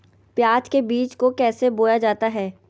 प्याज के बीज को कैसे बोया जाता है?